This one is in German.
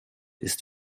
ist